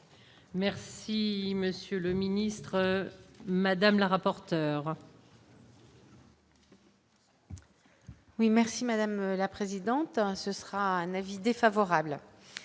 Merci monsieur le ministre madame la rapporteure.